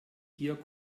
hier